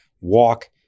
Walk